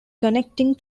connecting